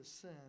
sin